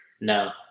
No